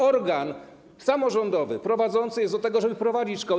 Organ samorządowy, prowadzący jest od tego, żeby prowadzić szkoły.